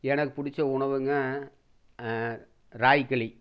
எனக்கு பிடிச்ச உணவுங்க ராகி களி